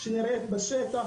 שנראית בשטח.